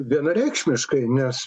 vienareikšmiškai nes